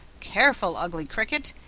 careful, ugly cricket!